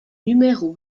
numéro